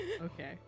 Okay